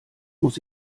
muss